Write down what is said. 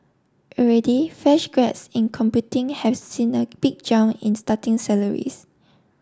already fresh grads in computing have seen a big jump in starting salaries